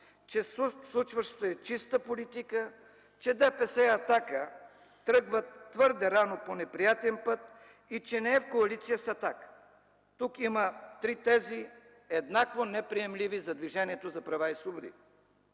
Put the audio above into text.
че случващото се е чиста политика, че ДПС и „Атака” тръгват твърде рано по неприятен път и че не е в коалиция с „Атака”. Тук има три тези, еднакво неприемливи за Движението за права и свободи.